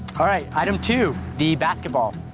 all right, item two the basketball.